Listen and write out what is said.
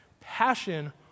passion